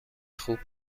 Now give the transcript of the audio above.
خوب